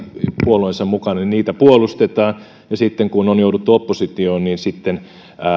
puolueensa mukana puolustetaan ja sitten kun on jouduttu oppositioon